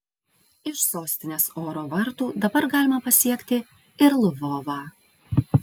iš sostinės oro vartų dabar galima pasiekti ir lvovą